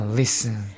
listen